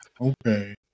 okay